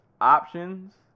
options